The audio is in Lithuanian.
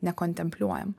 ne kontempliuojam